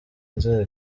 inzego